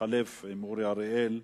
שיתחלף עם אורי אריאל.